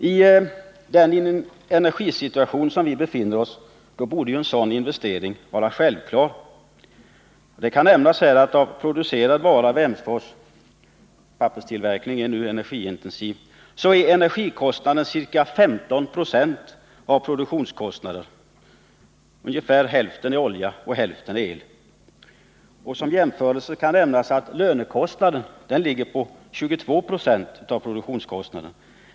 I den energisituation vi befinner oss i borde ju en sådan investering vara självklar. Det kan nämnas att för producerad vara vid Emsfors — papperstillverkning är energiintensiv — är energikostnaden ca 15 26 av produktionskostnaden. Ungefär hälften avser olja och hälften el. Som jämförelse kan nämnas att lönekostnaderna ligger på 22260 av produktionskostnaderna.